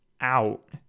out